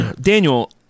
Daniel